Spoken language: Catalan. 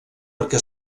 perquè